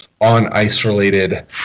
on-ice-related